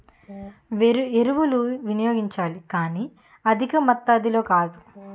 ఎరువులు వినియోగించాలి కానీ అధికమాతాధిలో కాదు